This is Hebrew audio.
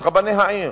את רבני העיר,